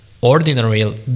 ordinary